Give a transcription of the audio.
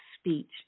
speech